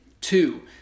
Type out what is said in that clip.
Two